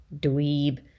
dweeb